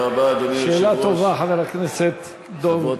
שאלה טובה, חבר הכנסת דב.